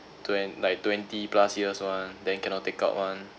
twen~ like twenty plus years one then cannot take out [one]